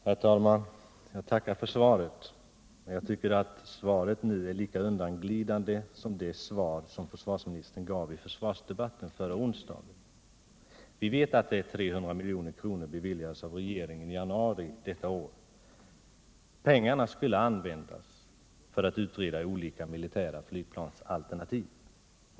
Herr talman! Jag tackar för svaret på min fråga. Jag tycker att det är lika undanglidande som det svar som försvarsministern gav i försvarsdebatten förra året. Vi vet att ca 300 milj.kr. beviljades av regeringen i januari i år för utredning av tre olika militära Aygplansalternativ.